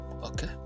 Okay